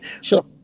Sure